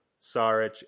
Saric